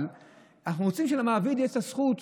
אבל אנחנו רוצים שלמעביד תהיה הזכות,